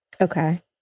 Okay